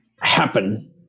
happen